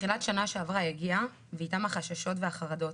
תחילת שנה שעברה הגיעה ואיתה החששות והחרדות.